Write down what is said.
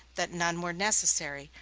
that none were necessary,